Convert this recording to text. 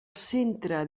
centre